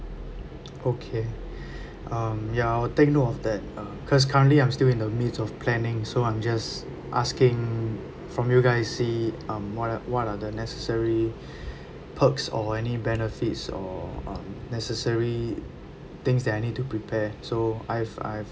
okay um ya I will take note of that uh cause currently I'm still in the midst of planning so I'm just asking from you guys see um what are what are the necessary perks or any benefits or um necessary things that I need to prepare so I've I've